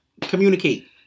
Communicate